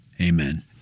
Amen